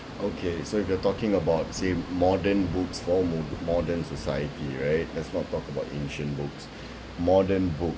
okay so if you're talking about say modern books for mo~ modern society right let's not talk about ancient books modern books